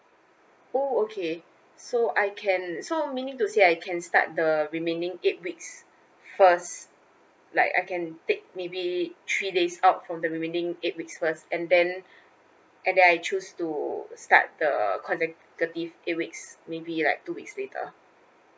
oh okay so I can so meaning to say I can start the remaining eight weeks first like I can take maybe three days out from the remaining eight weeks first and then and then I choose to start the consecutive eight weeks maybe like two weeks later